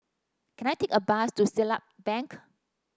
can I take a bus to Siglap Bank